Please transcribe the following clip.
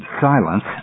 silence